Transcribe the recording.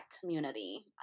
community